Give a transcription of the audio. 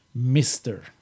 Mr